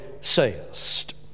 sayest